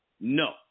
No